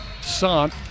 Sant